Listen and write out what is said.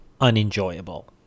unenjoyable